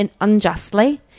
unjustly